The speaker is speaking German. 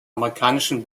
amerikanischen